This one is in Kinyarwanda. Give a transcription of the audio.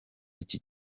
iki